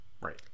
right